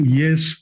yes